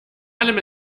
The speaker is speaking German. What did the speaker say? allem